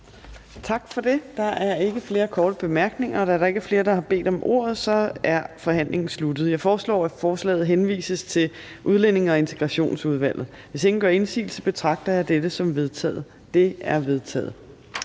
Tak for det. Der er ikke flere korte bemærkninger. Da der ikke er flere, der har bedt om ordet, er forhandlingen sluttet. Jeg foreslår, at forslaget henvises til Udlændinge- og Integrationsudvalget. Hvis ingen gør indsigelse, betragter jeg dette som vedtaget. Det er vedtaget.